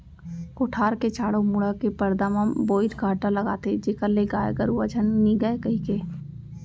कोठार के चारों मुड़ा के परदा म बोइर कांटा लगाथें जेखर ले गाय गरुवा झन निगय कहिके